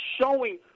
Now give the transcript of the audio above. showing